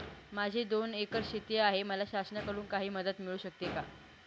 माझी दोन एकर शेती आहे, मला शासनाकडून काही मदत मिळू शकते का?